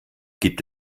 gibt